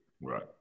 Right